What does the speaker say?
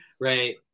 right